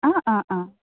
অ অ অ